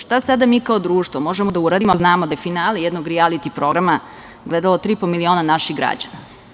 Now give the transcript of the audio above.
Šta sada mi kao društvo možemo da uradimo ako znamo da je finale jednog rijaliti programa gledalo tri i po miliona naših građana?